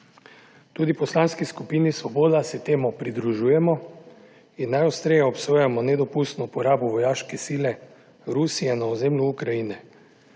Tudi v Poslanski skupini Svoboda se temu pridružujemo in najostreje obsojamo nedopustno uporabo vojaške sile Rusije na ozemlju Ukrajine